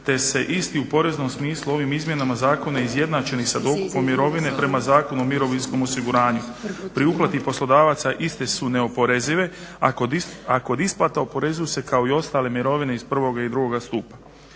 te su isti u poreznom smislu ovim izmjenama zakona izjednačeni sa dokupom mirovine prema Zakonu o mirovinskom osiguranju. Pri uplati poslodavaca iste su neoporezive, a kod isplata oporezuju se kao i ostale mirovine iz prvog i drugog stupa.